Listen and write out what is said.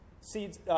Seeds